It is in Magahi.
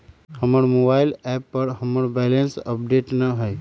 हमर मोबाइल एप पर हमर बैलेंस अपडेट न हई